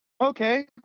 Okay